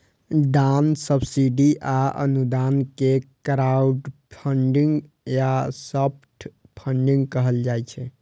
दान, सब्सिडी आ अनुदान कें क्राउडफंडिंग या सॉफ्ट फंडिग कहल जाइ छै